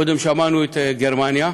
קודם שמענו את גרמניה,